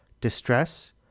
distress